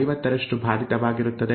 50ರಷ್ಟು ಬಾಧಿತವಾಗಿರುತ್ತದೆ